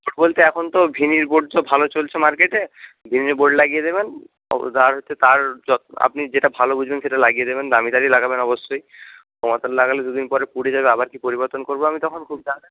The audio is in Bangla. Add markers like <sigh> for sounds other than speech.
বোর্ড বলতে এখন তো ভিনির বোর্ড তো ভালো চলছে মার্কেটে ভিনির বোর্ড লাগিয়ে দেবেন আর <unintelligible> তার আপনি যেটা ভালো বুঝবেন সেটা লাগিয়ে দেবেন দামি তারই লাগাবেন অবশ্যই কমা তার লাগালে দুদিন পরে পুড়ে যাবে আবার কি পরিবর্তন করবো আমি তখন <unintelligible>